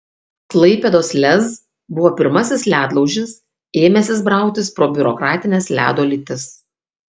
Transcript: klaipėdos lez buvo pirmasis ledlaužis ėmęsis brautis pro biurokratines ledo lytis